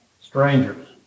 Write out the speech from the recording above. strangers